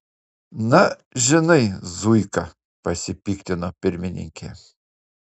na žinai zuika pasipiktino pirmininkė